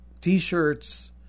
t-shirts